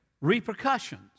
repercussions